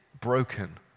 broken